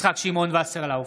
יצחק שמעון וסרלאוף,